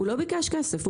הוא ביקש כסף,